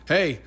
Hey